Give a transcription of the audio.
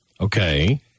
Okay